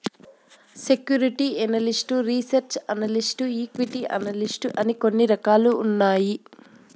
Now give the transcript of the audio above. security analyst research analyst equity analyst అని కొన్ని రకాలు ఉన్నాయి